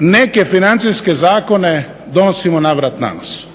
neke financijske zakone donosimo na vrat na nos?